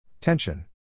Tension